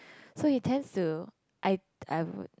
so he tends to I I would